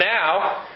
now